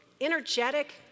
energetic